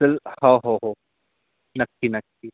चल होव होव हो नक्की नक्की